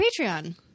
patreon